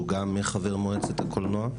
שהוא גם חבר מועצת הקולנוע.